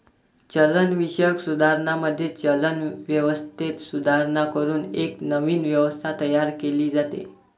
चलनविषयक सुधारणांमध्ये, चलन व्यवस्थेत सुधारणा करून एक नवीन व्यवस्था तयार केली जाते